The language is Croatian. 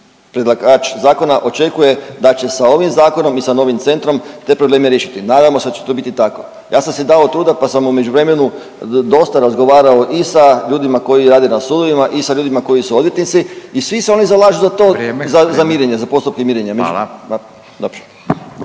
predlagač zakona očekuje da će sa ovim zakonom i sa novim centrom te probleme riješiti. Nadajmo se da će to biti tako. Ja sam si dao truda, pa sam u međuvremenu dosta razgovarao i sa ljudima koji rade na sudovima i sa ljudima koji su odvjetnici i svi se oni zalažu za to …/Upadica Radin: